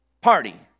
party